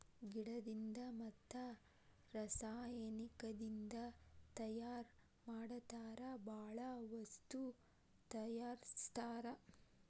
ಗಿಡದಿಂದ ಮತ್ತ ರಸಾಯನಿಕದಿಂದ ತಯಾರ ಮಾಡತಾರ ಬಾಳ ವಸ್ತು ತಯಾರಸ್ತಾರ